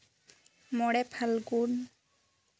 ᱢᱚᱬᱮ ᱯᱷᱟᱞᱜᱩᱱ